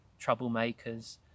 troublemakers